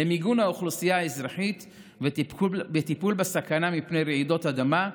למיגון האוכלוסייה האזרחית וטיפול בסכנה מפני רעידות אדמה,